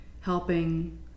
helping